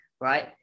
right